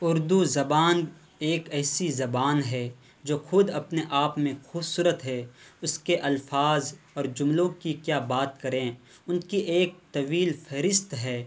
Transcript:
اردو زبان ایک ایسی زبان ہے جو خود اپنے آپ میں خوب صورت ہے اس کے الفاظ اور جملوں کی کیا بات کریں ان کی ایک طویل فہرست ہے